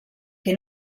que